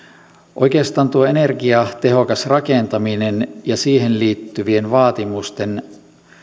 oikeastaan tuo energiatehokas rakentaminen ja siihen liittyvien vaatimusten